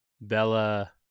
Bella